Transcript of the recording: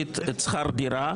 משמעותית את שכר הדירה,